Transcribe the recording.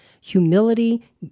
Humility